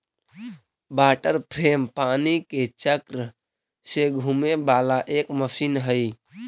water frame पानी के चक्र से घूमे वाला एक मशीन हई